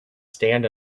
stand